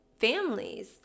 families